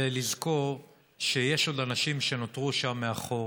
זה לזכור שיש עוד אנשים שנותרו שם מאחור